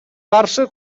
каршы